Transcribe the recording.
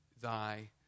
thy